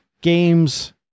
games